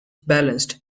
balanced